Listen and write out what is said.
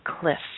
Cliffs